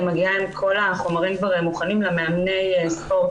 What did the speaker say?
היא מגיעה עם כל החומרים כבר מוכנים למאמני ספורט